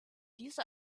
diese